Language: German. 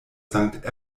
sankt